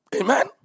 Amen